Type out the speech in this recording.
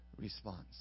response